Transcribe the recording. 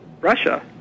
Russia